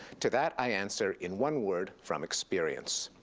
to that, i answer in one word, from experience.